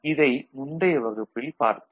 இதைத் முந்தைய வகுப்பில் பார்த்தோம்